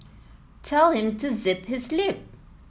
tell him to zip his lip